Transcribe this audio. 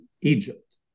Egypt